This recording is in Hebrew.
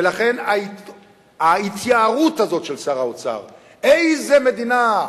ולכן ההתייהרות הזאת של שר האוצר, איזה מדינה,